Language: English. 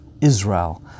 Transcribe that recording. Israel